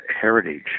heritage